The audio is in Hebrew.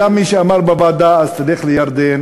היה מי שאמר בוועדה: אז תלך לירדן,